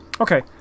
okay